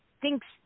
thinks